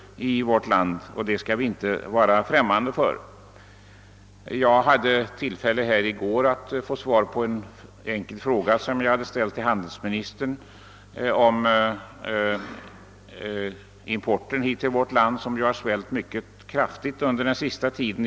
Detta är något som vi inte får stå främmande inför. Jag fick i går svar på en enkel fråga som jag riktat till handelsministern om vår import, som ju svällt mycket kraftigt under den senaste tiden.